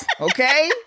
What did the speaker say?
okay